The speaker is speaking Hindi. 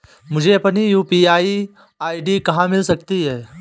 मुझे अपनी यू.पी.आई आई.डी कहां मिल सकती है?